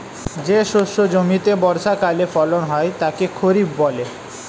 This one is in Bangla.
যে শস্য জমিতে বর্ষাকালে ফলন হয় তাকে খরিফ বলে